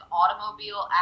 automobile